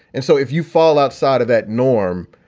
and so if you fall outside of that norm,